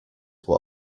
were